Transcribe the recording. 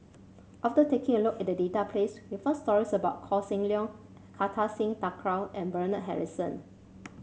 after taking a look at the database we found stories about Koh Seng Leong Kartar Singh Thakral and Bernard Harrison